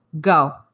Go